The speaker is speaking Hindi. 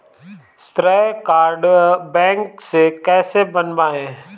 श्रेय कार्ड बैंक से कैसे बनवाएं?